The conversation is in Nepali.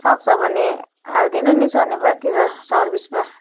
सक्छ भने हालिदिनु नि शनिवारतिर सर्भिसमा